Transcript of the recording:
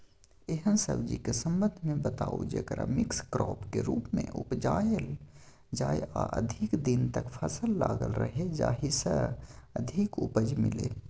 एहन सब्जी के संबंध मे बताऊ जेकरा मिक्स क्रॉप के रूप मे उपजायल जाय आ अधिक दिन तक फसल लागल रहे जाहि स अधिक उपज मिले?